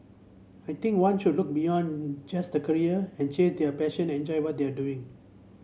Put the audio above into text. I think one should look beyond just a career and chase their passion and enjoy what they are doing